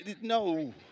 No